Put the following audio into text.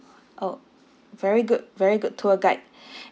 orh very good very good tour guide